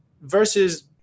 versus